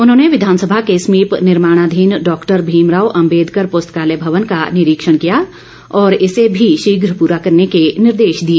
उन्होंने विधानसभा के समीप निर्माणाधीन डॉक्टर भीमराव अम्बेदकर पुस्तकालय भवन का निरीक्षण किया और इसे भी शीघ्र पूरा करने के निर्देश दिए